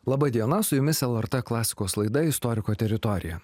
laba diena su jumis lrt klasikos laida istoriko teritorija